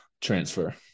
transfer